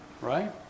right